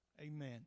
Amen